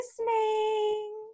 listening